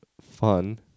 fun